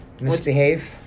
Misbehave